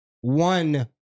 one